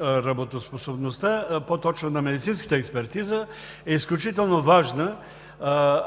на работоспособността, по-точно на медицинската експертиза, е изключително важна.